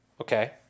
Okay